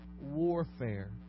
warfare